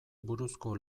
buruzko